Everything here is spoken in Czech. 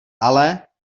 ale